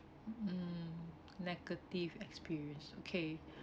mm negative experience okay